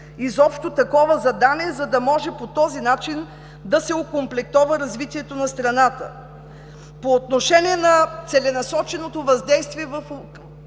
изобщо такова задание, за да може по този начин да се окомплектова развитието на страната? По отношение на целенасоченото въздействие